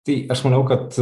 tai aš maniau kad